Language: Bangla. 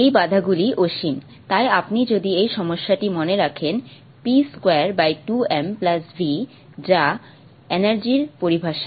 এই বাধাগুলি অসীম তাই আপনি যদি এই সমস্যাটি মনে রাখেন p22m V যা এনার্জির পরিভাষা